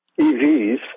EVs